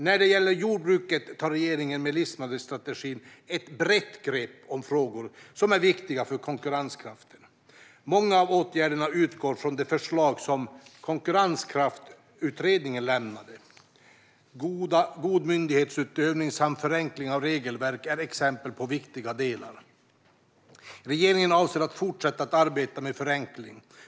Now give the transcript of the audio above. När det gäller jordbruket tar regeringen med livsmedelsstrategin ett brett grepp om frågor som är viktiga för konkurrenskraften. Många av åtgärderna utgår från de förslag som Konkurrenskraftsutredningen lämnade. God myndighetsutövning samt förenkling av regelverk är exempel på viktiga delar. Regeringen avser att fortsätta arbetet med förenkling.